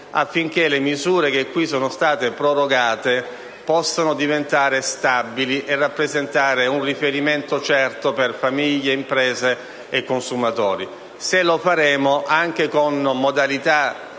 affinché le misure che qui sono state prorogate possano diventare stabili e rappresentare un riferimento certo per famiglie, imprese e consumatori. Se lo faremo, anche con modalità